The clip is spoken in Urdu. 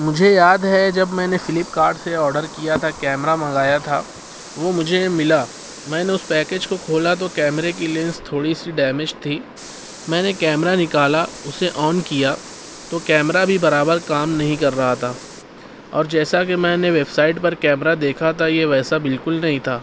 مجھے یاد ہے جب میں نے فلپ کارٹ سے آرڈر کیا تھا کیمرہ منگایا تھا وہ مجھے ملا میں نے اس پیکیج کو کھولا تو کیمرہ کی لینس تھوڑی ڈیمج تھی میں نے کیمرہ نکالا اسے آن کیا تو کیمرہ بھی برابر کام نہیں کر رہا تھا اور جیسا کہ میں نے ویب سائٹ پر کمیرہ دیکھا تھا یہ ویسا بالکل نہیں تھا